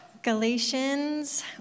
Galatians